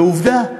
ועובדה,